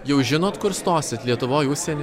jau žinot kur stosit lietuvoj užsieny